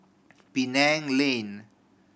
Penang Lane